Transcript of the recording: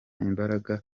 imbaraga